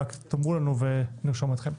תאמרו לנו ונרשום אתכם.